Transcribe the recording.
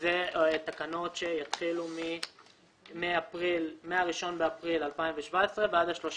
אלה תקנות שיתחילו מ-1 באפריל 2017 ועד ה-30